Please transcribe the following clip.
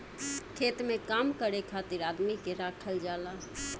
खेत में काम करे खातिर आदमी के राखल जाला